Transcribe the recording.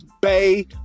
Bay